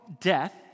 death